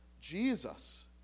Jesus